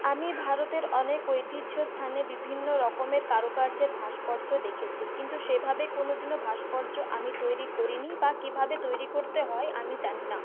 আমি ভারতের অনেক ঐতিহ্য স্থানে বিভিন্নরকমের কারুকার্যের ভাস্কর্য দেখেছি কিন্তু সেভাবে কোনোদিনও ভাস্কর্য আমি তৈরি করিনি বা কীভাবে তৈরি করতে হয় আমি জানি না